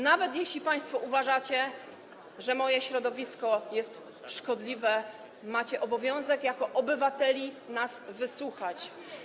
Nawet jeśli państwo uważacie, że moje środowisko jest szkodliwe, macie obowiązek jako obywateli nas wysłuchać.